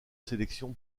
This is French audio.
sélection